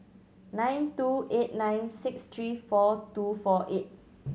nine two eight nine six three four two four eight